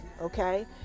okay